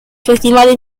festival